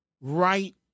right